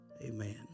Amen